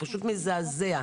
פשוט מזעזע.